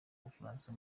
bufaransa